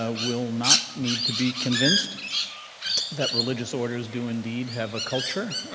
ah will not need to be convinced that religious orders do, indeed, have a culture,